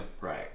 right